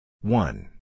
One